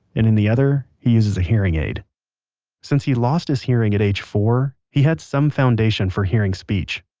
in in the other, he uses a hearing aid since he lost his hearing at age four, he has some foundation for hearing speech.